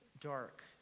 dark